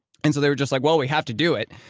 and so they were just like, well, we have to do it.